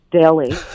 daily